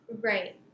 Right